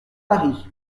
paris